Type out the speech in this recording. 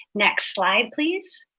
next slide please.